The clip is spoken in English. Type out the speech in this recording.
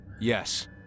Yes